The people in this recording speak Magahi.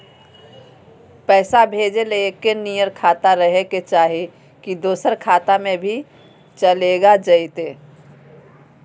पैसा भेजे ले एके नियर खाता रहे के चाही की दोसर खाता में भी चलेगा जयते?